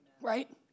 Right